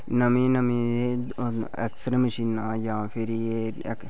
नमीं नमीं X ray मशीनां आई जान फिरी एह्